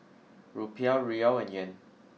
Rupiah Riyal and Yen